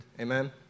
Amen